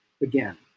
again